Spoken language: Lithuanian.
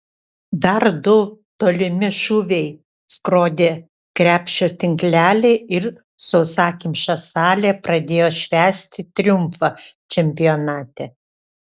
dar du tolimi šūviai skrodė krepšio tinklelį ir sausakimša salė pradėjo švęsti triumfą čempionate